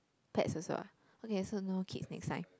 pets also ah okay so no kids next time